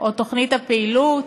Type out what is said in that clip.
או תוכנית הפעילות?